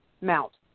mount